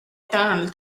tunnel